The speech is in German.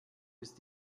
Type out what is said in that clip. ist